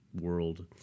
world